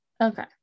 okay